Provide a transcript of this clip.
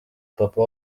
papa